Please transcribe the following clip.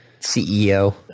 CEO